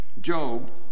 Job